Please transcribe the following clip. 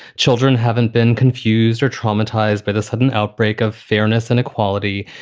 children haven't been confused or traumatized by the sudden outbreak of fairness and equality,